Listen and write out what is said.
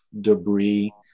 debris